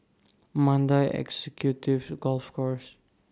Mandai Executive Golf Course